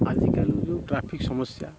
ଆଜିକାଲି ଯେଉଁ ଟ୍ରାଫିକ୍ ସମସ୍ୟା